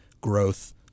growth